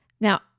Now